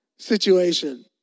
Situation